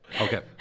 Okay